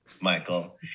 Michael